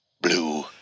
blue